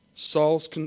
Saul's